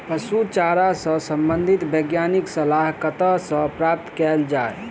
पशु चारा सऽ संबंधित वैज्ञानिक सलाह कतह सऽ प्राप्त कैल जाय?